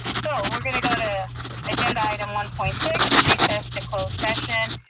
so, we're going to go to agenda item one point six recess to close session.